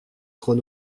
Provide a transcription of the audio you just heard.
trop